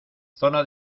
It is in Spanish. zona